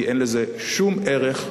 כי אין בזה שום ערך,